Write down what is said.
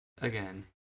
again